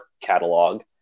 catalog